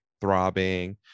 throbbing